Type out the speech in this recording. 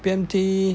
B_M_T